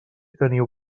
teniu